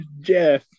Jeff